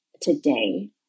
today